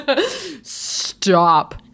Stop